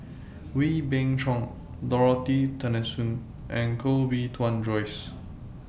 Wee Beng Chong Dorothy Tessensohn and Koh Bee Tuan Joyce